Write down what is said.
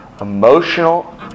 emotional